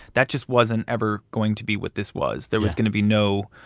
that just wasn't ever going to be what this was. there was going to be no